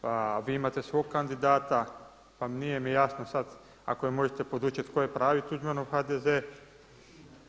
Pa vi imate svog kandidata, pa nije mi jasno sada ako me možete podučiti koji je pravi Tuđmanov HDZ-e.